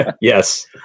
Yes